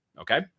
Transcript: Okay